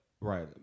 Right